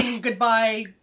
goodbye